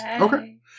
Okay